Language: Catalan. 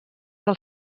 del